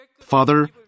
Father